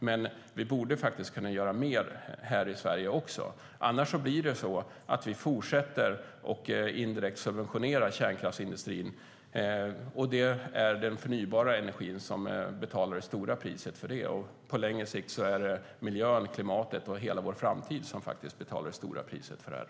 Men vi borde kunna göra mer här i Sverige också. Annars blir det så att vi fortsätter att indirekt subventionera kärnkraftsindustrin. Det är den förnybara energin som betalar det stora priset för det. På längre sikt är det miljön, klimatet och hela vår framtid som betalar det stora priset.